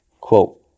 quote